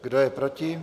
Kdo je proti?